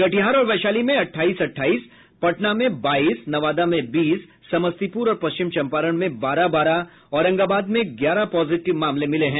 कटिहार और वैशाली में अट्ठाईस अट्ठाईस पटना में बाईस नवादा में बीस समस्तीपुर और पश्चिम चंपारण में बारह बारह औरंगाबाद में ग्यारह पॉजिटिव मिले हैं